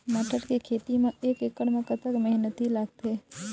मटर के खेती म एक एकड़ म कतक मेहनती लागथे?